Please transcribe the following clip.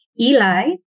Eli